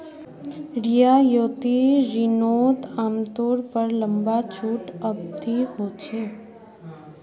रियायती रिनोत आमतौर पर लंबा छुट अवधी होचे